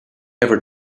ever